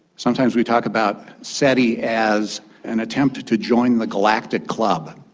sometimes we talk about seti as an attempt to to join the galactic club.